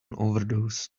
overdose